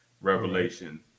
revelation